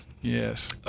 Yes